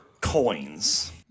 coins